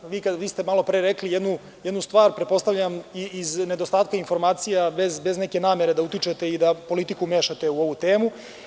Vi ste malopre rekli jednu stvar, pretpostavljam iz nedostatka informacija, bez neke namere da utičete i da politiku mešate u ovu temu.